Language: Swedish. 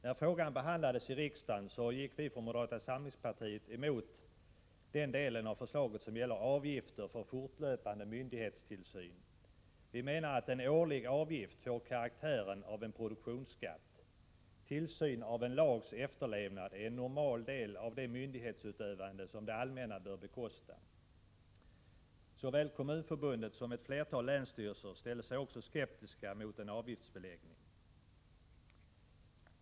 När frågan behandlades i riksdagen gick vi från moderata samlingspartiet emot den del av förslaget som gäller avgifter för fortlöpande myndighetstillsyn. Vi menar att en årlig avgift får karaktären av en produktionsskatt. Tillsyn av en lags efterlevnad är en normal del av det myndighetsutövande som det allmänna bör bekosta. Såväl Kommunförbundet som ett flertal länsstyrelser ställde sig skeptiska mot en avgiftsbeläggning.